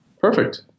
Perfect